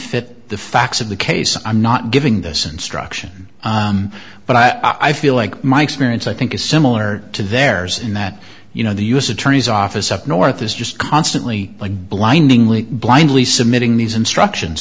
fit the facts of the case i'm not giving this instruction but i feel like my experience i think is similar to theirs in that you know the u s attorney's office up north is just constantly like blindingly blindly submitting these instructions